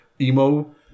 emo